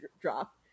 drop